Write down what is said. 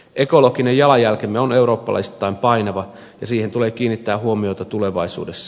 ekologinen jalanjälkemme on eurooppalaisittain painava ja siihen tulee kiinnittää huomiota tulevaisuudessa